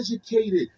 educated